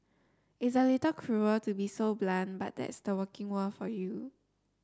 it's a little cruel to be so blunt but that's the working world for you